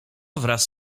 wraz